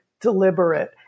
deliberate